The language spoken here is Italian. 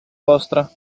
vostra